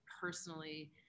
personally